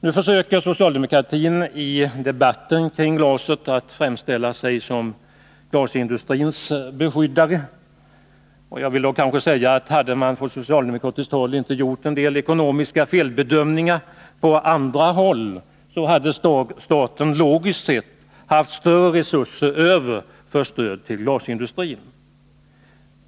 Nu försöker socialdemokratin i debatten kring glaset att framställa sig som glasindustrins beskyddare. Jag vill då säga: Hade man från socialdemokratisk sida inte gjort en del ekonomiska felbedömningar på andra håll, hade staten logiskt sett haft större resurser över för stöd till glasindustrin.